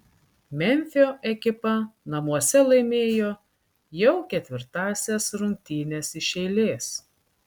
memfio ekipa namuose laimėjo jau ketvirtąsias rungtynes iš eilės